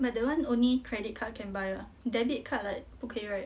but that one only credit card can buy what debit card like 不可以 right